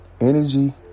Energy